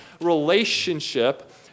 relationship